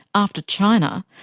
after china,